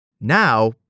Now